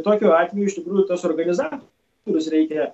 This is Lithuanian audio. tokiu atveju iš tikrųjų su organizatoriais reikia